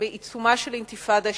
בעיצומה של אינתיפאדה שלישית,